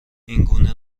اینگونه